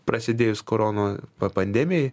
prasidėjus korono pa pandemijai